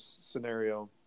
scenario